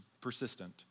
persistent